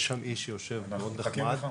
יש איש מאוד נחמד שיושב שם בצד ורק מחכה לך.